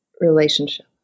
relationship